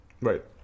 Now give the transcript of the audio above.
Right